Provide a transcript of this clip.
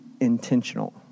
intentional